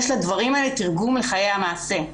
יש לדברים האלה תרגום לחיי המעשה.